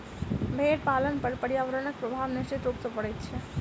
भेंड़ पालन पर पर्यावरणक प्रभाव निश्चित रूप सॅ पड़ैत छै